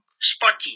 Spotty